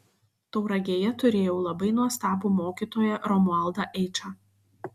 tauragėje turėjau labai nuostabų mokytoją romualdą eičą